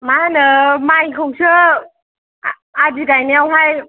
मा होनो माइखौसो आदि गायनायावहाय